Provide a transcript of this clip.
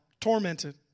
Tormented